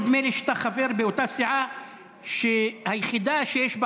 נדמה לי שאתה חבר בסיעה היחידה שיש בה